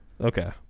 Okay